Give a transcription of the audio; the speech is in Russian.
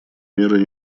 меры